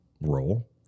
role